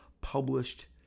published